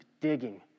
digging